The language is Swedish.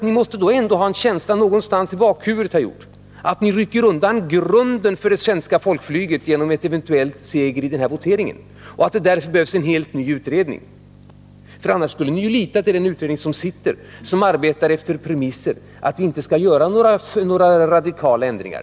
Ni måste då någonstans i bakhuvudet ha en känsla av att ni rycker undan grunden för det svenska folkflyget genom en eventuell seger i den kommande voteringen. Det är därför det behövs en helt ny utredning. Annars skulle ni lita till den utredning som finns och som arbetar efter premissen att vi inte skall företa några radikala ändringar.